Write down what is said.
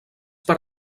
per